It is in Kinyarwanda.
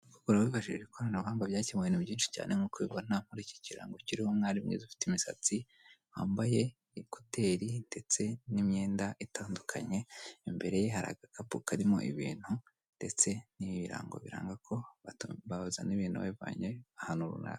Urabibajije ikoranabuhanga ryakemuye ibintu byinshi nkuko ubibona kuri iki kirango kiriho umwari mwiza ufite imisatsi wambaye ekuteteri ndetse n'imyenda itandukanye imbere ye hari agakapu karimo ibintu ndetse n'ibirango biranga ko batu bazana ibintu babivanye ahantu runaka.